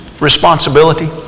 responsibility